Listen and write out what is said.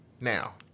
now